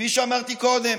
כפי שאמרתי קודם.